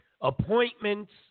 appointments